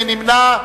מי נמנע?